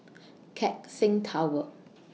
Keck Seng Tower